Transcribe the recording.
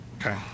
Okay